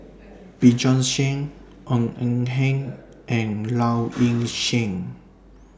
Bjorn Shen Ng Eng Hen and Low Ing Sing